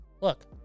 Look